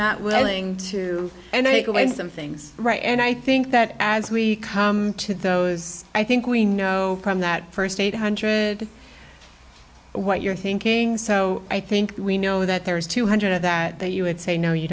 not willing to take away some things right and i think that as we come to those i think we know from that first eight hundred what you're thinking so i think we know that there is two hundred of that that you would say no you